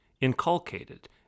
inculcated